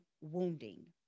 wounding